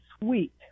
sweet